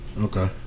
Okay